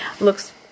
looks